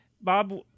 Bob